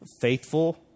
faithful